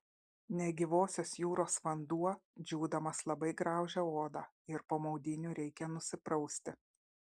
negyvosios jūros vanduo džiūdamas labai graužia odą ir po maudynių reikia nusiprausti